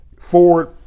Ford